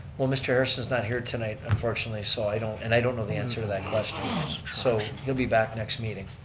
well, mr. harrison is not here tonight, unfortunately. so i don't and i don't know the answer to that question, so he'll be back next meeting,